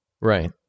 Right